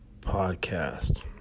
Podcast